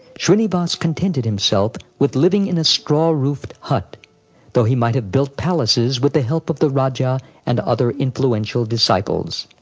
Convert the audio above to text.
shrinivas contented himself with living in a straw-roofed hut though he might have built palaces with the help of the raja and other influential disciples.